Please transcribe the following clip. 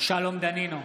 שלום דנינו,